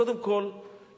קודם כול למאזינים,